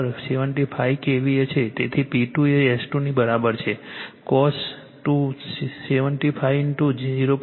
તેથી P2 એ S2 ની બરાબર છે cos 2 75 0